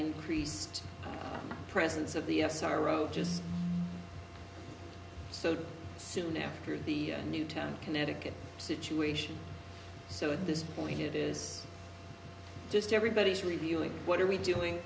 increased presence of the s r o just so soon after the newtown connecticut situation so at this point it is just everybody's reviewing what are we doing